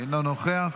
אינו נוכח,